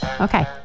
Okay